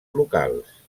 locals